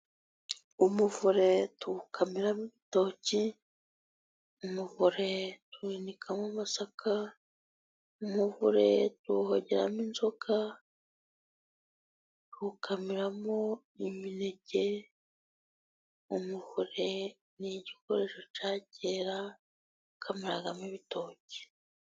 Umuvure tuwukamiramo ibitoki, umuvure tuwinikamo amasaka, umuvure tuwuhogeramo inzoga, tuwukamiramo imineke, umuvure ni igikoresho cya kera bakamiragamo ibitoki.